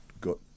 got